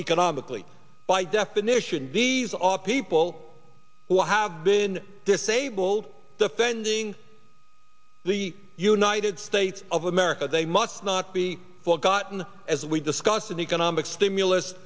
economically by definition these are people who have been disabled defending the united states of america they must not be forgotten as we discussed